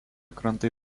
krantai